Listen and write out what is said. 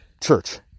church